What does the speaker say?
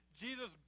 Jesus